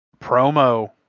promo